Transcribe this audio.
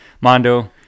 Mondo